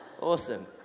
Awesome